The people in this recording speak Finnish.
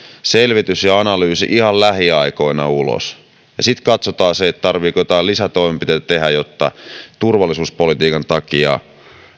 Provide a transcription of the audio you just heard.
selvitys ja analyysi ihan lähiaikoina ulos sitten katsotaan se tarvitseeko jotain lisätoimenpiteitä tehdä jotta turvallisuuspolitiikan takia